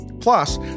plus